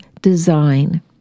design